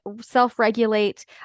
self-regulate